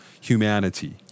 humanity